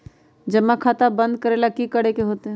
जमा खाता बंद करे ला की करे के होएत?